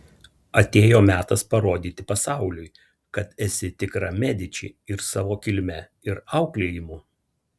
atėjo metas parodyti pasauliui kad esi tikra mediči ir savo kilme ir auklėjimu